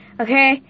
Okay